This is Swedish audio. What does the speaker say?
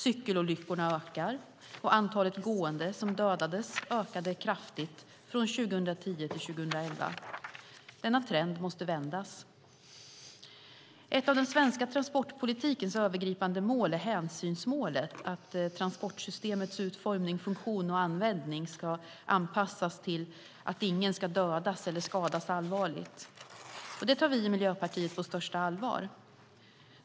Cykelolyckorna ökar, och antalet gående som dödades ökade kraftigt från 2010 till 2011. Denna trend måste vändas. Ett av den svenska transportpolitikens övergripande mål är hänsynsmålet, det vill säga att transportsystemets utformning, funktion och användning ska anpassas till att ingen ska dödas eller skadas allvarligt. Detta tar vi i Miljöpartiet på största allvar.